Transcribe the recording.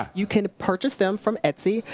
you can purcha them from etsy,